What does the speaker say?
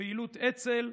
לפעילות אצ"ל,